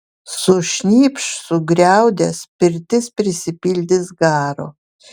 sušnypš sugriaudės pirtis prisipildys garo